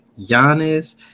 Giannis